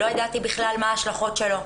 לא ידעתי בכלל מה ההשלכות שלו.